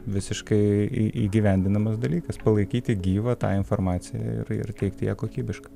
visiškai į įgyvendinamas dalykas palaikyti gyvą tą informaciją ir ir teikti ją kokybišką